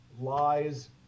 lies